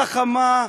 חכמה,